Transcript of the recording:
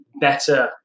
better